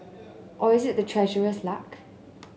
or is it the Treasurer's luck